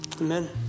Amen